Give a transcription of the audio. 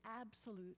absolute